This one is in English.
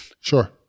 Sure